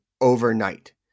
overnight